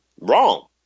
wrong